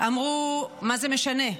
הן אמרו: מה זה משנה?